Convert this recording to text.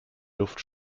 luft